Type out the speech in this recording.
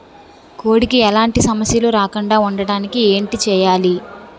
కోడి కి ఎలాంటి సమస్యలు రాకుండ ఉండడానికి ఏంటి చెయాలి?